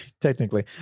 Technically